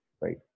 right